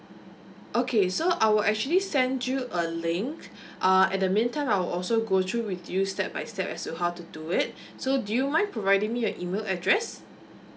okay so I'll actually send you a link uh at the meantime I will also go through with you step by step as to how to do it so do you mind providing me your email address